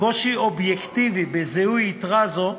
קושי אובייקטיבי בזיהוי יתרה זו,